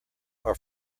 are